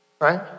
right